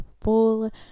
full